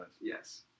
Yes